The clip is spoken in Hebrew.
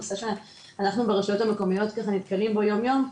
נושא שאנחנו ברשויות המקומיות נתקלים בו יום יום,